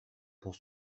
pour